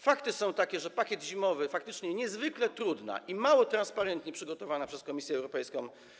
Fakty są takie, że pakiet zimowy to legislacja faktycznie niezwykle trudna i mało transparentnie przygotowana przez Komisję Europejską.